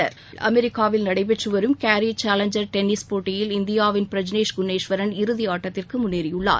விளையாட்டுச்செய்திகள் அமெரிக்காவில் நடைபெற்று வரும் கேரி சேலஞ்சர்ஸ் டென்னிஸ் போட்டியில் இந்தியாவின் பிரஜ்னேஷ் குன்னேஷ்வரன் இறுதியாட்டத்திற்கு முன்னேறியுள்ளார்